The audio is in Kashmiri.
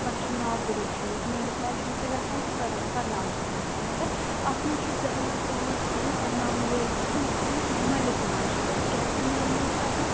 پَتہٕ چھُ ناو تہِ روشَن حظ مٲلِس ماجہِ سُنٛد تہِ گژھان تہٕ پرن پَرناون وٲلِس تہٕ مگر اَتھ منٛز چھُ ذہنس پی۪وان تھاوُن پَرناوَن وٲلِس سۭتۍ سۭتۍ مٲلِس ماجہِ تہِ حظ کیٛازِکہِ مول موج چھُ آسان